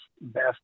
best